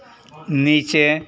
नीचे